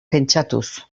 pentsatuz